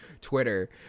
Twitter